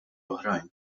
oħrajn